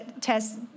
test